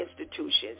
institutions